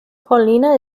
pauline